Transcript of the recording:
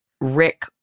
Rick